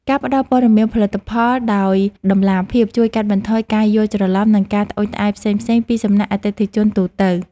ការផ្តល់ព័ត៌មានផលិតផលដោយតម្លាភាពជួយកាត់បន្ថយការយល់ច្រឡំ និងការត្អូញត្អែរផ្សេងៗពីសំណាក់អតិថិជនទូទៅ។